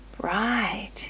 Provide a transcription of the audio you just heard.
right